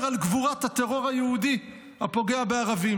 על גבורת הטרור היהודי הפוגע בערבים.